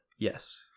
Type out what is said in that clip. yes